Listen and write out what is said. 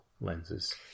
lenses